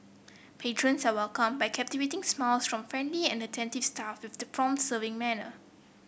patrons are welcomed by captivating smiles from friendly and attentive staff with the prompt serving manner